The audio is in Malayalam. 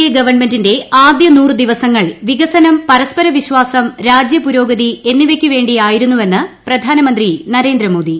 എ ഗവൺമെന്റിന്റെ ആദ്യ നൂറ് ദിവസങ്ങൾ വികസനം പരസ്പര വിശ്വാസം രാജ്യപുരോഗതി എന്നിവയ്ക്കു മു വേണ്ടിയായിരുന്നുവെന്ന് പ്രിയ്ക്കാന്മന്ത്രി നരേന്ദ്രമോദി